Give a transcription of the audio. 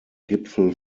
gipfel